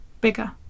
Bigger